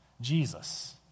Jesus